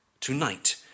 Tonight